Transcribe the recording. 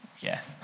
Yes